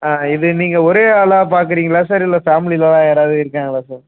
ஆ இது நீங்கள் ஒரே ஆளாக பார்க்குறீங்களா சார் இல்ல ஃபேமிலிலலாம் யாராவது இருக்காங்களா சார்